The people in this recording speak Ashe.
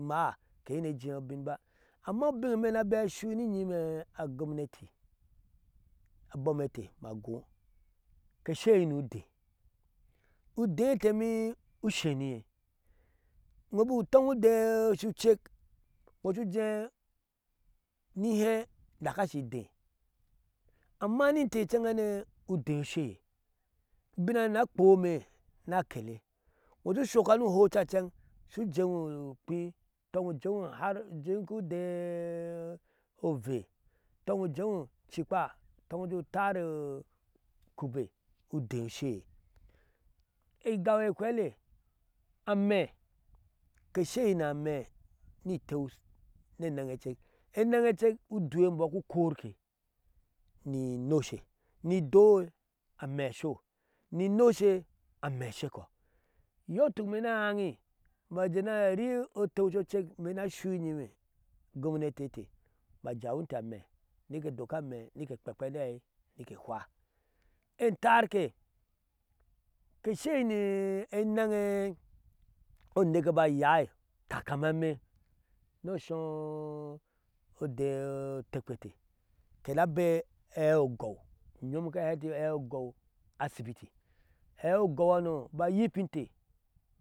Ama keshine ejee ubinba amma ubinye eime shin in bema ashui ni inyime agomnati ete abonete ma agoo ke sheyir ni ude udee eteme usheniye iŋo bik utɔŋ ode shucek, iŋo shu ujee ko mi hee adaka ashi idee, amma ni inte meeghane udee usheye ubinanei ukpome ni akele iŋo shu shokka ni ihɔca shu weeŋo ukpii uitoŋ ujeŋo har kui ovee utɔn ujeeŋo jikpa tɔŋ ujeeyo ukube uddee usheye igaw ehehe ame ke sheyir ni ame ni itew ni inenshecek, eneŋŋecɛk, udui e imbɔɔ ku korke ni inoshe ni idoi ame asho ni noshe amee ashekɔ iyɔɔ ituk imee ni aaaŋi ms ajee mani atew shoce, ime ni ashni enyime agomnati e inte ma jawinte amɛ nike dok amɛ nike ekpekpe ni aei nike hwa. etarke ke sheyir ni eneŋ oneke bik ayai takamame ni oshɔɔ odee otekpete, keni abei aei o ugɔw ka hɛe ɛti aɛi o ugow asibiti, aei o ugowhano abe anyikinte.